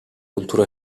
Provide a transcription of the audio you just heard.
cultura